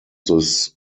this